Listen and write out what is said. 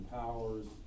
powers